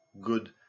good